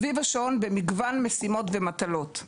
סביב השעון במגוון משימות ומטלות.